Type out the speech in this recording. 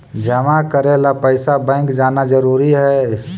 जमा करे ला पैसा बैंक जाना जरूरी है?